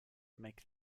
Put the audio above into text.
make